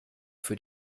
für